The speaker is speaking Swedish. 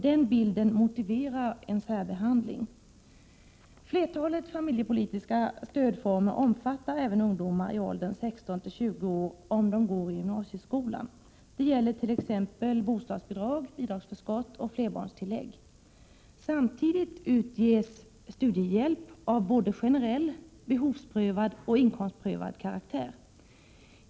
Den bilden motiverar en särbehandling. Flertalet familjepolitiska stödformer omfattar även ungdomar i åldern 16-20 år, om de går i gymnasieskolan. Det gäller t.ex. bostadsbidrag, bidragsförskott och flerbarnstillägg. Samtidigt utges studiehjälp av både generell, behovsprövad och inkomstprövad karaktär.